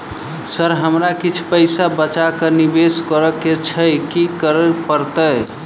Sir हमरा किछ पैसा बचा कऽ निवेश करऽ केँ छैय की करऽ परतै?